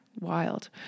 wild